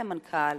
זה מנכ"ל